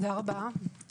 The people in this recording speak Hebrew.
תודה רבה.